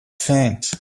faint